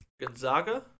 Gonzaga